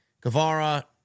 Guevara